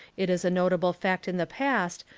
it is a notable fact in the past,